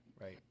Right